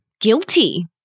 guilty